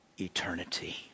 eternity